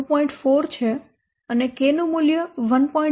4 છે અને k નું મૂલ્ય 1